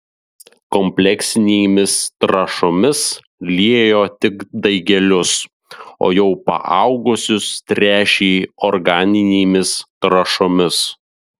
kompleksinėmis trąšomis liejo tik daigelius o jau paaugusius tręšė organinėmis trąšomis